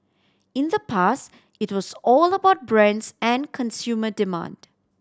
in the past it was all about brands and consumer demand